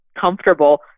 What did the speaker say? comfortable